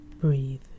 breathe